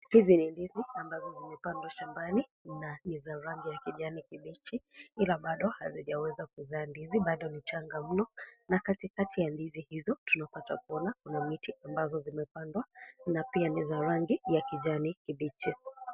Hizi ni ndizi ambazo zimepandwa shambani na ni za rangi ya kijani kipichi ila bado hazijaweza kuzaa ndizi bado ni changa mno na katikati ya ndizi hizo tuanapata kuona kuna miti ambazo zimepandwa kuna pia ni za rangi ya kijani kipichi.